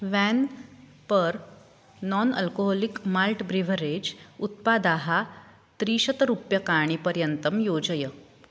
when पर् non alcoholic malt beverage उत्पादाः त्रिशतरूप्यकाणि पर्यन्तं योजय